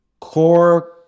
core